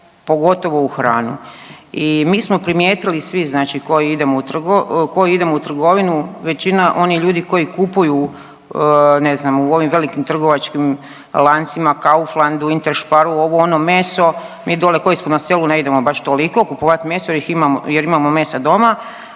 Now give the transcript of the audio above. pogotovo u hranu i mi smo primijetili svi koji idemo u trgovinu većina oni ljudi koji kupuju ne znam u ovim velikim trgovačkim lancima Kauflandu, Intersparu, ovo, ono meso mi dole koji smo na selu ne idemo baš toliko kupovat meso jer imamo mesa doma,